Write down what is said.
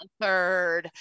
third